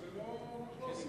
אנחנו לא עשינו את זה.